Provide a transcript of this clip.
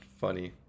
funny